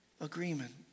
agreement